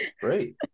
Great